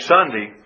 Sunday